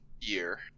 year